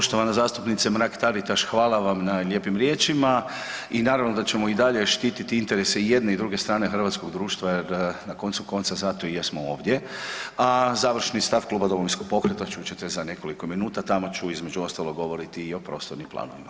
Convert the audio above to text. Poštovana zastupnice Mrak Taritaš, hvala vam na lijepim riječima i naravno da ćemo i dalje štititi interese i jedne i druge strane hrvatskog društva jer na koncu konca zato i jesmo ovdje, a završni stav kluba Domovinskog pokreta čut ćete za nekoliko minuta, tamo ću između ostaloga govoriti i o prostornim planovima.